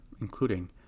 including